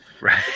Right